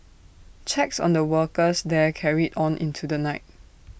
checks on the workers there carried on into the night